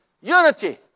Unity